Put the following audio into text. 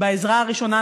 בעזרה הראשונה,